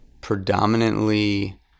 predominantly